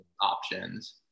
options